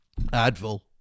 Advil